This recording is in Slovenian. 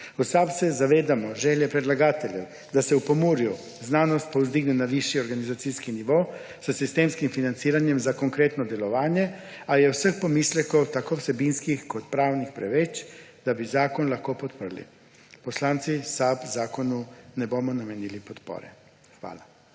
V SAB se zavedamo želje predlagateljev, da se v Pomurju znanost povzdigne na višji organizacijski nivo s sistemskim financiranjem za konkretno delovanje, a je vseh pomislekov tako vsebinskih kot pravnih preveč, da bi zakon lahko podprli. Poslanci SAB zakonu ne bomo namenili podpore. Hvala.